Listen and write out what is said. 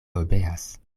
obeas